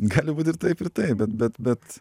gali būt ir taip ir taip bet bet bet